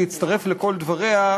להצטרף לכל דבריה,